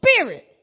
spirit